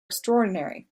extraordinary